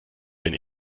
bin